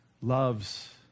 loves